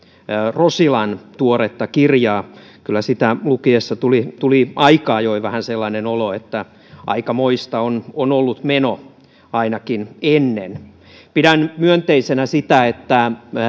rosilan tuoretta kirjaa kyllä sitä lukiessa tuli tuli aika ajoin vähän sellainen olo että aikamoista on on ollut meno ainakin ennen pidän myönteisenä sitä että